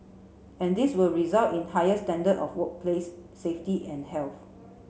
and this will result in a higher standard of workplace safety and health